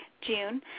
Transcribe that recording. June